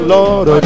Lord